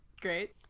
great